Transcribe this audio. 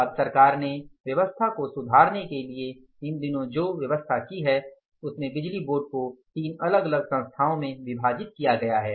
अब सरकार ने व्यवस्था को सुधारने के लिए इन दिनों जो व्यवस्था की है उसमे बिजली बोर्ड को तीन अलग अलग संस्थाओं में विभाजित किया गया है